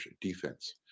defense